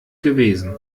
gewesen